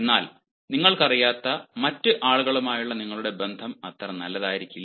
എന്നാൽ നിങ്ങൾക്കറിയാത്ത മറ്റ് ആളുകളുമായുള്ള നിങ്ങളുടെ ബന്ധം അത്ര നല്ലതായിരിക്കില്ല